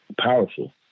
powerful